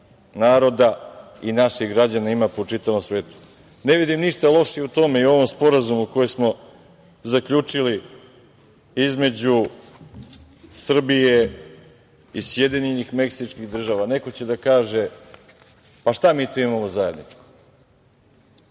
naroda i naših građana ima po čitavom svetu. Ne vidim ništa loše i u tome i u ovom sporazumu koji smo zaključili između Srbije i Sjedinjenih Meksičkih Država. Neko će da kaže šta imamo tu zajedničko?